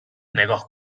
نگاه